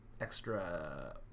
extra